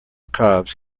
cobs